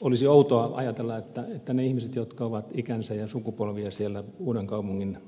olisi outoa ajatella että ne ihmiset jotka ovat ikänsä ja sukupolvia siellä uudenkaupungin